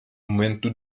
momento